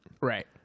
Right